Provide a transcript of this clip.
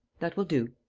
that will do.